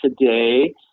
today